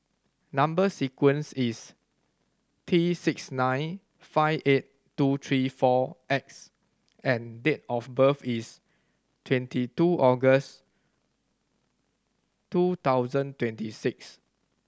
number sequence is T six nine five eight two three four X and date of birth is twenty two August two thousand twenty six